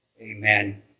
Amen